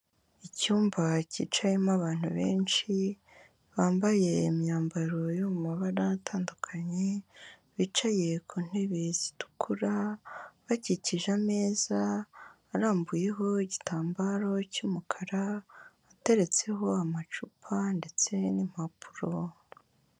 Icyumba cyicayemo abantu benshi, bambaye imyambaro yo mu mabara atandukanye, bicaye ku ntebe zitukura, bakikije ameza, arambuyeho igitambaro cy'umukara, ateretseho amacupa ndetse n'impapuro.